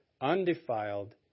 undefiled